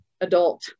adult